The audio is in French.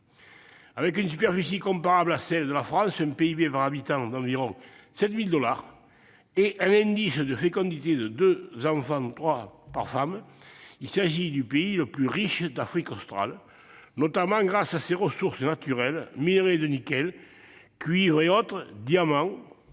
Avec une superficie comparable à celle de la France, un PIB par habitant d'environ 7 000 dollars et un indice de fécondité de 2,3 enfants par femme, il s'agit du pays le plus riche d'Afrique australe, notamment grâce à ses ressources naturelles- minerais de nickel, cuivre et autres, diamants,